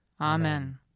Amen